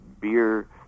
Beer